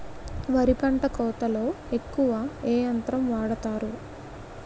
వరి పంట కోతలొ ఎక్కువ ఏ యంత్రం వాడతారు?